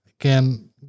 again